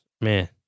Man